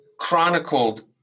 chronicled